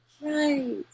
Right